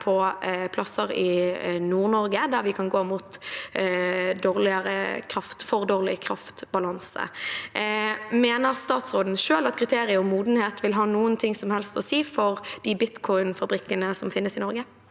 tildeling av kraft vi kan gå mot for dårlig kraftbalanse. Mener statsråden selv at kriteriet om modenhet vil ha noe som helst å si for de bitcoinfabrikkene som finnes i Norge?